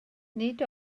nid